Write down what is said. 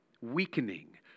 weakening